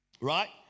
Right